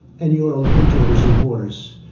and you and look into it as reporters.